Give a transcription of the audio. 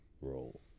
role